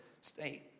state